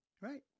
right